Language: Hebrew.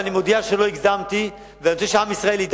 אני מודיע שלא הגזמתי ואני רוצה שעם ישראל ידע